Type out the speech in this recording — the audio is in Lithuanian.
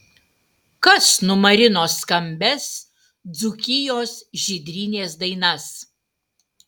kas numarino skambias dzūkijos žydrynės dainas